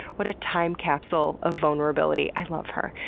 what a time capsule of vulnerability! i love her!